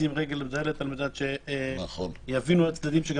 לשים רגל בדלת על מנת שיבינו הצדדים שגם